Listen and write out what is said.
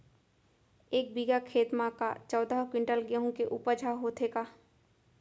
एक बीघा खेत म का चौदह क्विंटल गेहूँ के उपज ह होथे का?